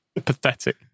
Pathetic